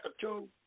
two